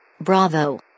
Bravo